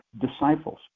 disciples